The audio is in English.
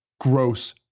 Gross